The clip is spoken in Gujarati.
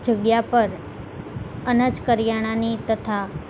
જગ્યા પર અનાજ કરિયાણાની તથા